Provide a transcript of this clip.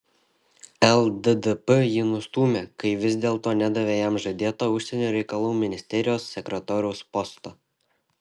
lddp jį nustūmė kai vis dėlto nedavė jam žadėto užsienio reikalų ministerijos sekretoriaus posto